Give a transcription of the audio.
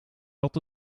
had